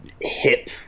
hip